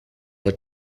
her